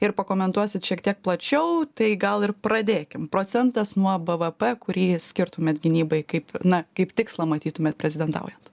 ir pakomentuosit šiek tiek plačiau tai gal ir pradėkim procentas nuo b v p kurį skirtumėt gynybai kaip na kaip tikslą matytumėt prezidentaujant